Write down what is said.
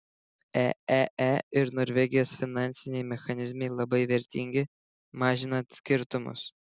eee ir norvegijos finansiniai mechanizmai labai vertingi mažinant skirtumus